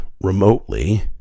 remotely